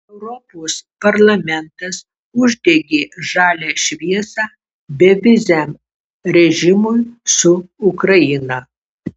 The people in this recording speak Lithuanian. europos parlamentas uždegė žalią šviesą beviziam režimui su ukraina